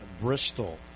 bristol